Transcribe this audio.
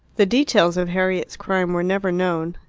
the details of harriet's crime were never known.